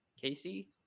Casey